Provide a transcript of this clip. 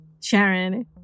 Sharon